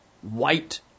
white